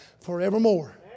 forevermore